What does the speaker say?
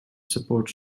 support